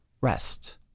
rest